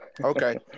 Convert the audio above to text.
Okay